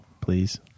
please